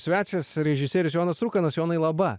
svečias režisierius jonas trukanas jonai laba